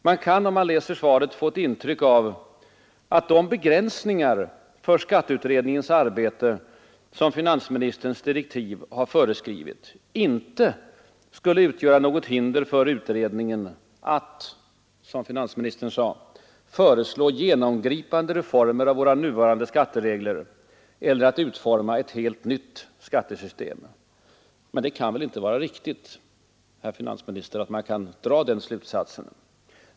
Man kan, om man läser svaret, få ett intryck av att de begränsningar för skatteutredningens arbete som finansministerns direktiv har föreskrivit inte skulle utgöra något hinder för utredningen att, som finansministern sade, föreslå genomgripande reformer av våra nuvarande skatteregler eller att utforma ett helt nytt skattesystem. Men det kan väl inte vara riktigt, herr finansminister, att man kan dra den slutsatsen.